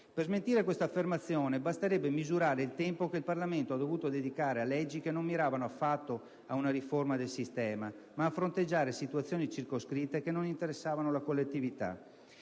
Per smentire quest'affermazione basterebbe misurare il tempo che il Parlamento ha dovuto dedicare a leggi che non miravano affatto ad una riforma del sistema ma a fronteggiare situazioni circoscritte che non interessavano la collettività.